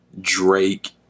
Drake